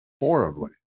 horribly